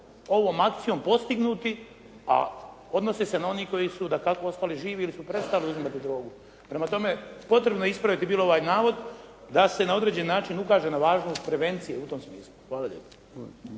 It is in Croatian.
ovom akcijom postignuti, a odnose se na one koji su dakako ostali živi jer su prestali uzimati drogu. Prema tome, potrebno je ispraviti bilo ovaj navod da se na određeni način ukaže na važnost prevencije u tom smislu. Hvala lijepa.